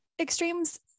extremes